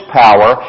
power